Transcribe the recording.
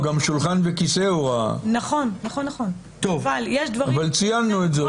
גם שולחן וכיסא הוא ראה, אבל ציינו את זה.